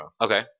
Okay